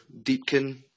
Deepkin